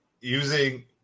using